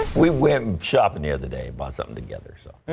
we went shopping near the day but something together. so